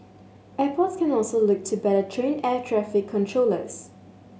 airports can also look to better train air traffic controllers